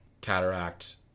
Cataract